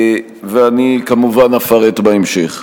ואני כמובן אפרט בהמשך.